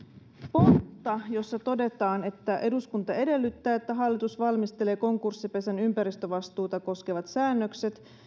pontta jossa todetaan eduskunta edellyttää että hallitus valmistelee konkurssipesän ympäristövastuuta koskevat säännökset